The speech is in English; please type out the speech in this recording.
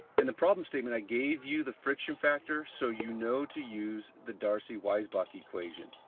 and the problem statement i gave you the friction factor, so you know to use the darcy-weisbach equation.